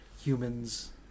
humans